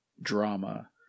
drama